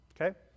okay